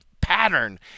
pattern